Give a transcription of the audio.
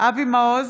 אבי מעוז,